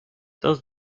does